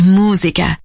musica